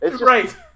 Right